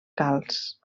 calç